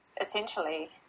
essentially